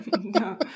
No